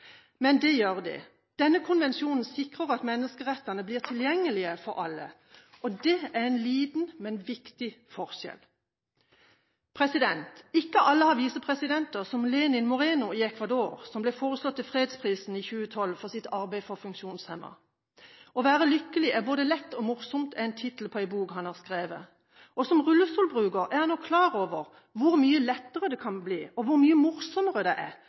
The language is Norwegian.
Men det gjør de. Denne konvensjonen sikrer at menneskerettene blir tilgjengelige for alle. Det er en liten, men viktig forskjell. Ikke alle har visepresidenter som Lenin Moreno i Ecuador, som ble foreslått til Fredsprisen i 2012 for sitt arbeid for funksjonshemmede. «Å være lykkelig er både lett og morsomt», er tittelen på en bok han har skrevet, og som rullestolbruker er han nok klar over hvor mye lettere det kan bli, og hvor mye morsommere det er